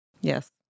Yes